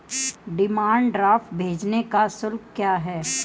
Demand draft भेजने का शुल्क क्या है?